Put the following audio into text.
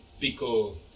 pickle